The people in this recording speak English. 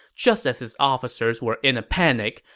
just as his officers were in a panic,